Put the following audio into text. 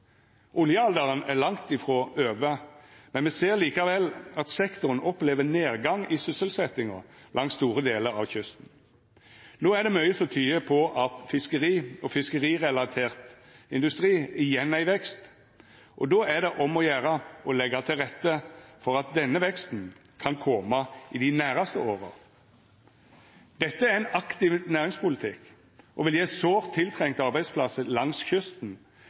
Oljealderen er langt ifrå over, men me ser likevel at sektoren opplever nedgang i sysselsetjinga langs store delar av kysten. No er det mykje som tyder på at fiskeri og fiskerirelatert industri igjen er i vekst, og då er det om å gjera å leggja til rette for at denne veksten kan koma i dei næraste åra. Dette er ein aktiv næringspolitikk og vil gje sårt tiltrengte arbeidsplassar langs kysten,